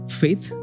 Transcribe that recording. faith